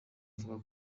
avuga